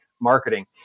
Marketing